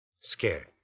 scared